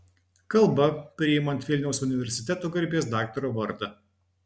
kalba priimant vilniaus universiteto garbės daktaro vardą